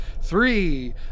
Three